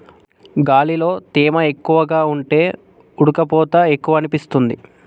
గాలిలో తేమ ఎక్కువగా ఉంటే ఉడుకపోత ఎక్కువనిపిస్తుంది